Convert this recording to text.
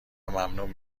ممنون